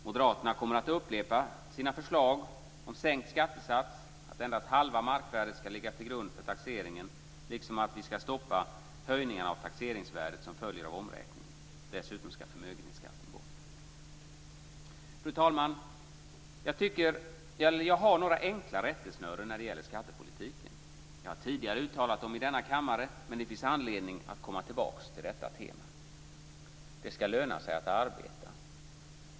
Moderaterna kommer att upprepa sina förslag om sänkt skattesats, om att endast halva markvärdet ska ligga till grund för taxeringen och om stoppade höjningar av taxeringsvärdet som följd av omräkningen. Dessutom ska förmögenhetsskatten bort. Fru talman! Jag har några enkla rättesnören när det gäller skattepolitiken. Jag har tidigare uttalat dem i denna kammare, men det finns anledning att nu komma tillbaka till detta tema. · Det ska löna sig att arbeta.